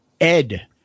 Ed